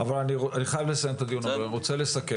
אני רוצה לסכם.